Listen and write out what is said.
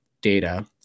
data